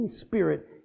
spirit